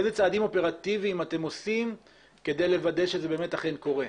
איזה צעדים אופרטיביים אתם עושים כדי לוודא שזה באמת קורה?